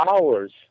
hours